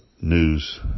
news